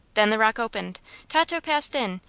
then the rock opened tato passed in,